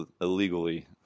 illegally